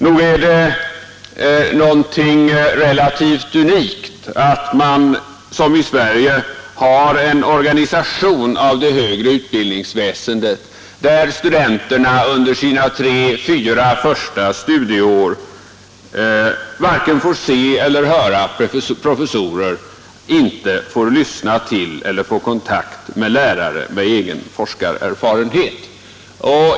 Nog är det någonting relativt unikt att man som här i Sverige har en organisation av det högre utbildningsväsendet där studenterna under sina tre fyra första studieår varken får se eller höra professorer, inte får lyssna till och inte får kontakt med lärare med egen forskarerfarenhet.